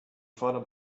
fordern